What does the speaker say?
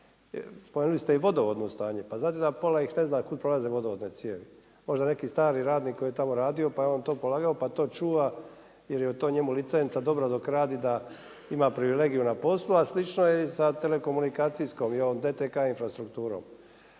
Spomenuli ste i vodovodno stanje. Pa znate da pola ih ne zna kud prolaze vodovodne cijevi. Možda neki stari radnik koji je tamo radio pa je on to polagao, pa to čuva jer je to njemu licenca dobro dok radi da ima privilegiju na poslu, a slično je i sa telekomunikacijskom i ovom DTK infrastrukturom.